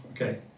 Okay